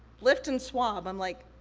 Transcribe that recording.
lift and swab, i'm like,